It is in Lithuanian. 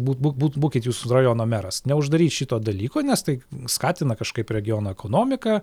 būt būt būt būkit jūs rajono meras neuždaryt šito dalyko nes tai skatina kažkaip regiono ekonomiką